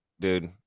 dude